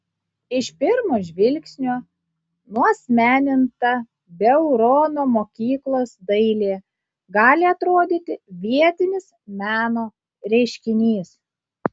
iš pirmo žvilgsnio nuasmeninta beurono mokyklos dailė gali atrodyti vietinis meno reiškinys